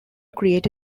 create